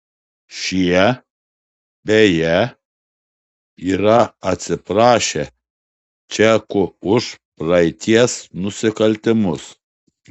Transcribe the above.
šie beje yra atsiprašę čekų už praeities nusikaltimus